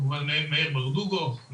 מאיר ברדוגו,